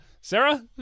Sarah